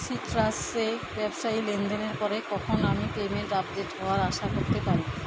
সিট্রাসে ব্যবসায়ী লেনদেনের পরে কখন আমি পেমেন্ট আপডেট হওয়ার আশা করতে পারি